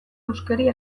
huskeria